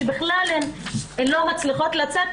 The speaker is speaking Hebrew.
שבכלל לא מצליחות לצאת,